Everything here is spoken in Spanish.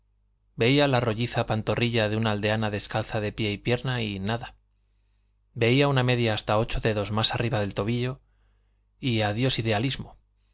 veía la rolliza pantorrilla de una aldeana descalza de pie y pierna y nada veía una media hasta ocho dedos más arriba del tobillo y adiós idealismo